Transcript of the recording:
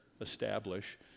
establish